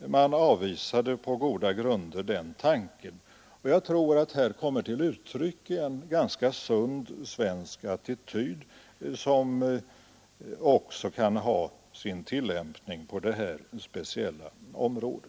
På goda grunder avvisade man den tanken, och jag tror att där kom till uttryck en ganska sund svensk attityd, som också kan ha sin tillämpning på detta speciella område.